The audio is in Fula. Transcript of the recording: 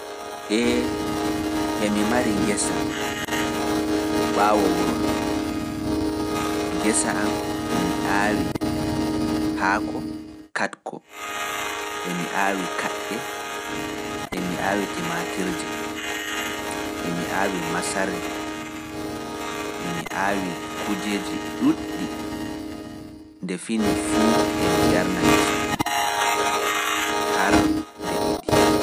Ee, emi mari ngesa, ɓaawo wuro am, ngesa am emi aawi haako katko, emi aawi kaɗɗe, emi aawi timatirje, emi aawi masardi Emi aawi kujeeji ɗuuɗɗi nde fini fuu emi yarna ngesa kam. Har nde ɗiɗi.